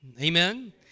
Amen